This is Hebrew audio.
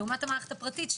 לעומת המערכת הפרטית,